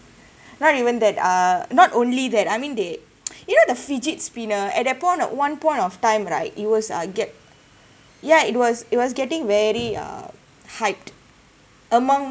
not even that uh not only that I mean they you know the fidget spinner at that point of at one point of time right it was uh get yeah it was it was getting very uh hyped among